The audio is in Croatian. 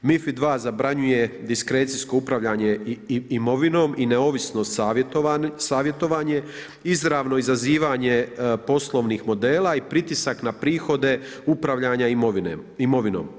MiFID II zabranjuje diskrecijsko upravljanje imovinom i neovisno savjetovanje, izravno izazivanje poslovnih modela i pritisak na prihode upravljanja imovinom.